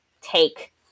take